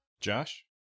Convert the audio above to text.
Josh